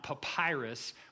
papyrus